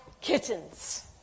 kittens